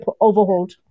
overhauled